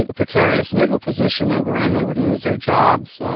precarious legal position they were in. they would lose their jobs,